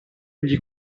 egli